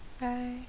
Bye